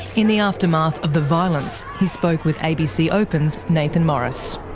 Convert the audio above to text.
in the aftermath of the violence he spoke with abc open's nathan morris